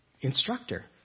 instructor